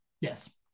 Yes